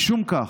משום כך,